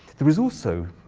there is also